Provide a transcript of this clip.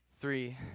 Three